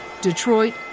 Detroit